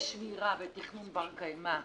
בשמירה ותכנון בר קיימא,